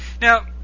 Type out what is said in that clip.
Now